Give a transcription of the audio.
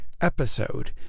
episode